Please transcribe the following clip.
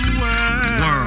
world